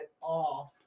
off